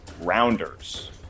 Rounders